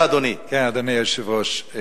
אדוני היושב-ראש,